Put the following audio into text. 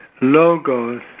logos